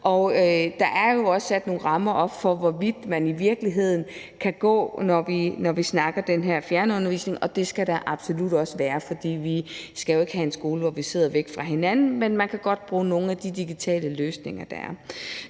også sat nogle rammer op for, hvor vidt man i virkeligheden kan gå, når vi snakker om den her fjernundervisning, og det skal der absolut også være, fordi vi jo ikke skal have en skole, hvor vi sidder væk fra hinanden, men hvor man kan godt bruge nogle af de digitale løsninger,